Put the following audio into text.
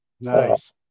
nice